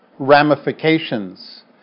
ramifications